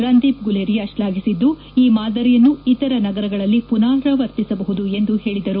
ರಂದದೀಪ್ ಗುಲೇರಿಯಾ ಶ್ಲಾಘಿಸಿದ್ದು ಈ ಮಾದರಿಯನ್ನು ಇತರ ನಗರಗಳಲ್ಲಿ ಪುನರಾವರ್ತಿಸಬಹುದು ಎಂದು ಹೇಳದರು